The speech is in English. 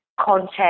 content